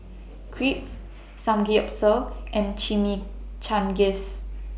Crepe Samgeyopsal and Chimichangas